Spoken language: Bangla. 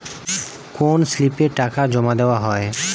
কোন স্লিপে টাকা জমাদেওয়া হয়?